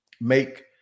make